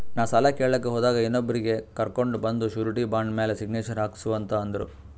ನಾ ಸಾಲ ಕೇಳಲಾಕ್ ಹೋದಾಗ ಇನ್ನೊಬ್ರಿಗಿ ಕರ್ಕೊಂಡ್ ಬಂದು ಶೂರಿಟಿ ಬಾಂಡ್ ಮ್ಯಾಲ್ ಸಿಗ್ನೇಚರ್ ಹಾಕ್ಸೂ ಅಂತ್ ಅಂದುರ್